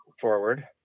forward